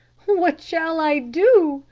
what shall i do?